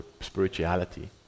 spirituality